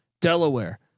Delaware